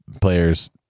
players